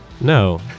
No